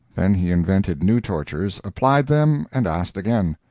then he invented new tortures, applied them, and asked again.